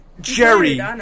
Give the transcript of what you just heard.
Jerry